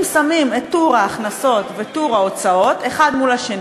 אם שמים את טור ההכנסות וטור ההוצאות אחד מול השני,